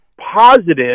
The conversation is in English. positive